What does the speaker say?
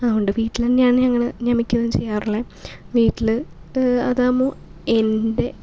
അത്കൊണ്ട് വീട്ടിൽ തന്നെയാണ് ഞങ്ങള് ഞാൻ മിക്കതും ചെയ്യാറുള്ളത് വീട്ടില് അതാകുമ്പോൾ എൻ്റെ